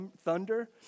thunder